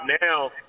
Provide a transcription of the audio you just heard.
now